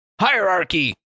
Hierarchy